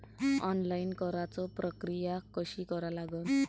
Online कराच प्रक्रिया कशी करा लागन?